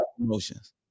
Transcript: emotions